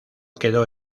quedó